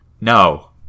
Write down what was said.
No